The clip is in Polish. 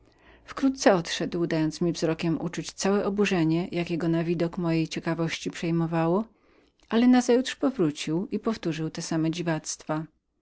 wkrótce odszedł dając mi uczuć wzrokiem całe oburzenie jakie go na mój widok przejmowało ale nazajutrz powrócił i powtórzył te same dziwactwa